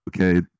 okay